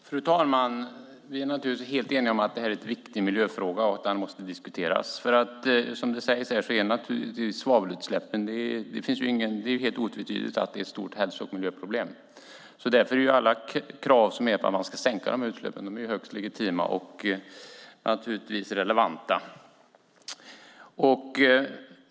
Fru talman! Vi är naturligtvis helt eniga om att detta är en viktig miljöfråga och att den måste diskuteras. Det är otvetydigt att svavelutsläppen är ett stort hälso och miljöproblem, och alla krav på att sänka sådana utsläpp är högst legitima och relevanta.